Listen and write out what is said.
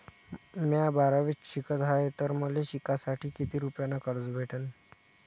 म्या बारावीत शिकत हाय तर मले शिकासाठी किती रुपयान कर्ज भेटन?